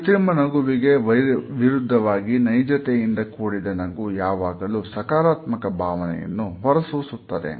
ಕೃತ್ರಿಮ ನಗುವಿಗೆ ವಿರುದ್ಧವಾಗಿ ನೈಜತೆಯಿಂದ ಕೂಡಿದ ನಗು ಯಾವಾಗಲೂ ಸಕಾರಾತ್ಮಕ ಭಾವನೆಯನ್ನು ಹೊರಸೂಸುತ್ತದೆ